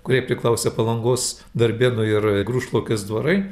kuriai priklausė palangos darbėnų ir grūšlaukės dvarai